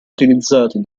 utilizzati